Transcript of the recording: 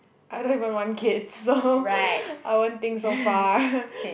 I don't even want kids so I won't think so far